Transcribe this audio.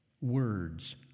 words